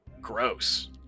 Gross